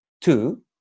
two